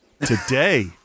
today